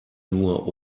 nur